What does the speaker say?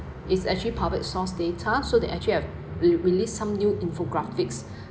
it's actually public source data so they actually have re~ released some new infographics